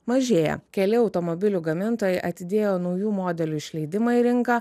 mažėja keli automobilių gamintojai atidėjo naujų modelių išleidimą į rinką